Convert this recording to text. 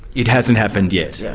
it hasn't happened yet. yeah